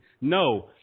No